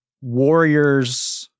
Warriors